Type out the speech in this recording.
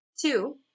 two